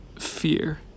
fear